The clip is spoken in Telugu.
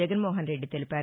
జగన్మోహన్ రెడ్డి తెలిపారు